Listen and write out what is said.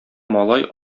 малай